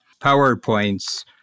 PowerPoints